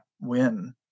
win